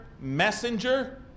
messenger